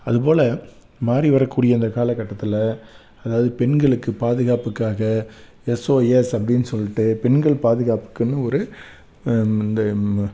அது போல் மாறி வர கூடிய இந்த காலக்கட்டத்தில் அதாவது பெண்களுக்கு பாதுகாப்புக்காக எஸ்ஓஎஸ் அப்படின் சொல்லிட்டு பெண்கள் பாதுகாப்புக்குன்னு ஒரு இந்த